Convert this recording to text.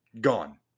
gone